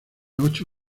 ocho